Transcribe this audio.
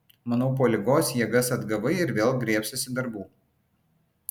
manau po ligos jėgas atgavai ir vėl griebsiesi darbų